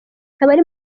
abari